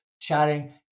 chatting